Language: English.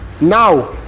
now